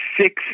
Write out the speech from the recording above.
six